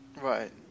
Right